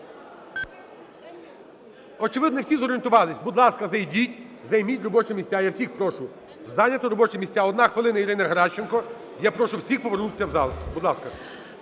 Очевидно, не всі зорієнтувались. Будь ласка, зайдіть, займіть робочі місця. Я всіх прошу зайняти робочі місця. Одна хвилина, Ірина Геращенко. Я прошу всіх повернутися в зал. Будь ласка.